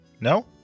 No